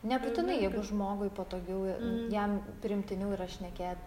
nebūtinai jeigu žmogui patogiau jam priimtiniau yra šnekėt